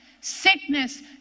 Sickness